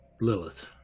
Lilith